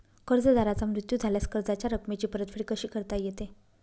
कर्जदाराचा मृत्यू झाल्यास कर्जाच्या रकमेची परतफेड कशी करता येते?